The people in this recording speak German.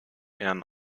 ehren